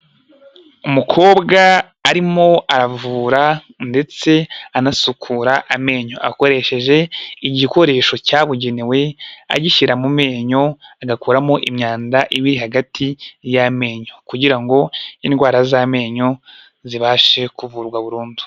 Umukobwa arimo aravura ndetse anasukura amenyo akoresheje igikoresho cyabugenewe agishyira mu menyo agakuramo imyanda iri hagati y'amenyo kugira ngo indwara z'amenyo zibashe kuvurwa burundu.